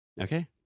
Okay